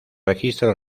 registro